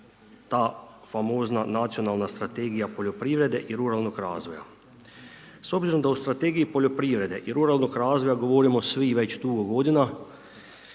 ta famozna nacionalna strategija poljoprivrede i ruralnog razvoja. S obzirom da u strategiji poljoprivrede i ruralnog razvoja govorimo svi već dugo godina,